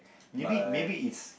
but